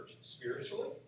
spiritually